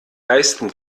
leisten